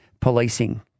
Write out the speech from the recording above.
policing